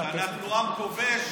שאנחנו עם כובש?